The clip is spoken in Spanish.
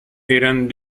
eran